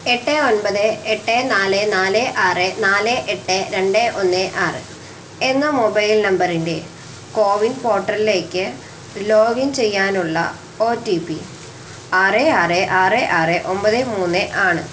എട്ട് ഒൻപത് എട്ട് നാല് നാല് ആറ് നാല് എട്ട് രണ്ട് ഒന്ന് ആറ് എന്ന മൊബൈൽ നമ്പറിന്റെ കോവിൻ പോർട്ടലിലേക്ക് ലോഗിൻ ചെയ്യാനുള്ള ഒ ടി പി ആറ് ആറ് ആറ് ആറ് ഒമ്പത് മൂന്ന് ആണ്